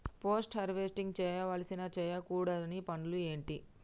Post harvesting చేయవలసిన చేయకూడని పనులు ఏంటి?